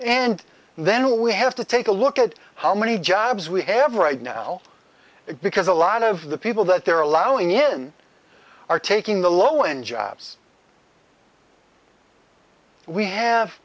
and then we have to take a look at how many jobs we have right now because a lot of the people that they're allowing in are taking the low end jobs we have